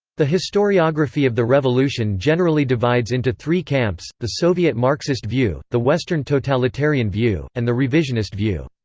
the historiography of the revolution generally divides into three camps the soviet-marxist view, the western-totalitarian view, and the revisionist view.